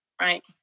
right